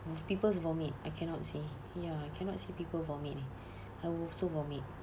mm people's vomit I cannot see I cannot see people vomit eh I will also vomit